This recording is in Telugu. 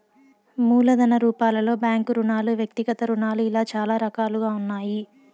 మూలధన రూపాలలో బ్యాంకు రుణాలు వ్యక్తిగత రుణాలు ఇలా చాలా రకాలుగా ఉన్నాయి